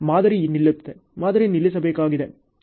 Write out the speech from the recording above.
ಮಾದರಿ ನಿಲ್ಲುತ್ತದೆ ಮಾದರಿ ನಿಲ್ಲಿಸಬೇಕಾಗಿದೆ